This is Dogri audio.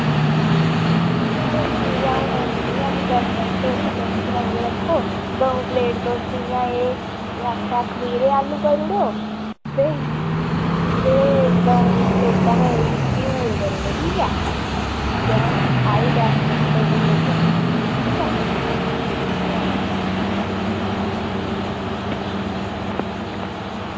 चलो ठीक ऐ आ'ऊं औन्नी आं फ्ही दस मैंट्ट धोड़ी तुस बनाइयै रक्खो द'ऊं प्लेट तुस इ'यां एह् केह् आखेआ खमीरे आलू करूड़ो ते ते द'ऊं प्लेटां गै एह् घ्यूर करूड़ो ठीक ऐ ते अ'ऊं आई दस मिंट्ट धोड़ी ते लेई जन्नी आं ठीक ऐ चलो ठीक ऐ ठीक ऐ